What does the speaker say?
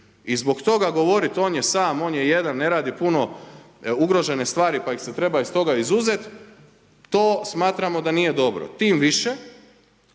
I zbog toga govoriti on je sam, on je jedan, ne radi puno ugrožene stvari pa ih se treba iz toga izuzet, to smatramo da nije dobro. Tim više,